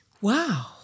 Wow